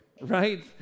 right